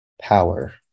power